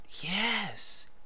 yes